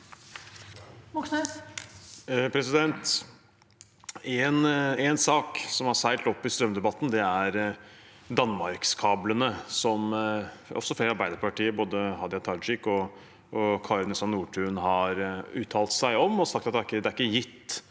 En sak som har seilt opp i strømdebatten, er danmarkskablene, som også flere i Arbeiderpartiet, både Hadia Tajik og Kari Nessa Nordtun, har uttalt seg om og sagt at det ikke er gitt